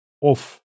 off